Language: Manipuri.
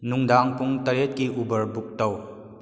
ꯅꯨꯡꯗꯥꯡ ꯄꯨꯡ ꯇꯔꯦꯠꯀꯤ ꯎꯕꯔ ꯕꯨꯛ ꯇꯧ